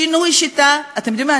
שינוי שיטה, אתם יודעים מה?